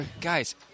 Guys